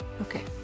Okay